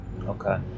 Okay